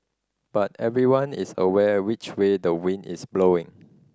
but everyone is aware which way the wind is blowing